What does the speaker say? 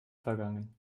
vergangen